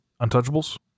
Untouchables